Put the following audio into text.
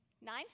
nine